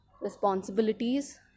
responsibilities